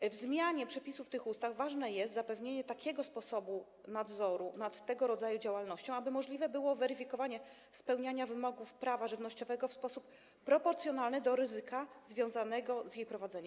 Co do zmiany przepisów tych ustaw to ważne jest zapewnienie takiego sposobu nadzoru nad tego rodzaju działalnością, aby możliwe było weryfikowanie spełniania wymogów prawa żywnościowego w sposób proporcjonalny do ryzyka związanego z jej prowadzeniem.